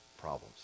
problems